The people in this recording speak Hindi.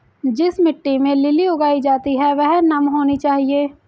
जिस मिट्टी में लिली उगाई जाती है वह नम होनी चाहिए